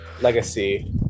Legacy